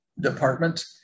Department